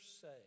say